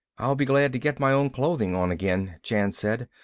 i'll be glad to get my own clothing on again, jan said.